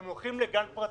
הם הולכים לגן פרטי,